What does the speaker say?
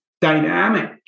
dynamic